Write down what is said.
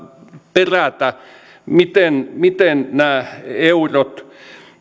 perätä miten miten nämä eurot